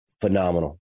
Phenomenal